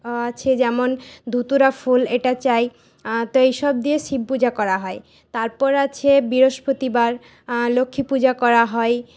আছে যেমন ধুতুরা ফুল এটা চাই তো এইসব দিয়ে শিব পূজা করা হয় তারপর আছে বৃহস্পতিবার লক্ষ্মী পূজা করা হয়